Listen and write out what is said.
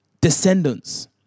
descendants